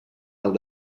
els